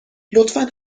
لطفا